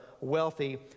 wealthy